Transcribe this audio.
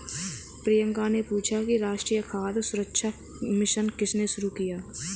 प्रियंका ने पूछा कि राष्ट्रीय खाद्य सुरक्षा मिशन किसने शुरू की?